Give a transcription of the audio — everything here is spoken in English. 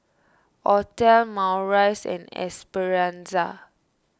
Othel Maurice and Esperanza